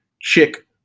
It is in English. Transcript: Chick